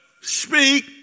speak